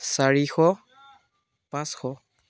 চাৰিশ পাঁচশ